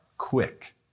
Quick